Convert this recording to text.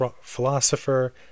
philosopher